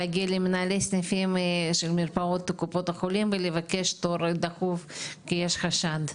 להגיע למנהלי סניפים של מרפאות וקופות החולים ולבקש תור דחוף כי יש חשד.